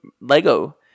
Lego